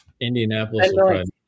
Indianapolis